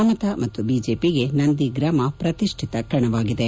ಮಮತಾ ಮತ್ತು ಬಿಜೆಪಿಗೆ ನಂದಿಗ್ರಾಮ ಪ್ರತಿಷ್ಠಿತ ಕಣವಾಗಿದೆ